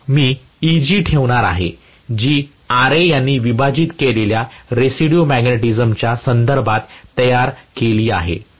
तर मी Eg ठेवणार आहे जी Ra यांनी विभाजित केलेल्या रेसिड्यू मॅग्नेटिझमच्या संदर्भात तयार केली आहे